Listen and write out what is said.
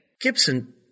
Gibson